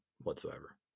whatsoever